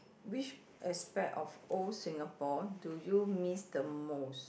which aspect of old Singapore do you miss the most